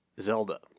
Zelda